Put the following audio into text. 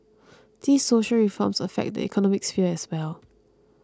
these social reforms affect the economic sphere as well